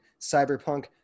Cyberpunk